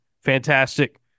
Fantastic